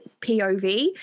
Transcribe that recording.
POV